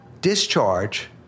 discharge